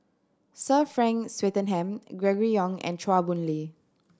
Sir Frank Swettenham Gregory Yong and Chua Boon Lay